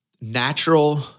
natural